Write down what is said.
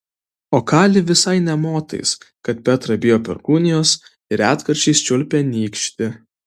o kali visai nė motais kad petra bijo perkūnijos ir retkarčiais čiulpia nykštį